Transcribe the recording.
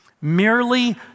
Merely